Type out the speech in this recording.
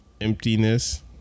emptiness